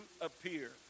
appear